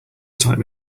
time